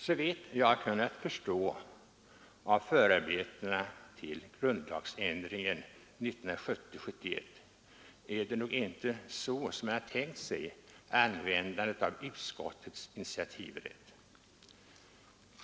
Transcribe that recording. Såvitt jag har kunnat förstå av förarbetena till grundlagsändringen 1970-1971 är det nog inte så man tänkt sig användandet av utskottens initiativrätt.